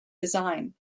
design